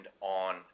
on